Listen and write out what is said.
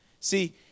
See